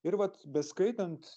ir vat beskaitant